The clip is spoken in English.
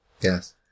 Yes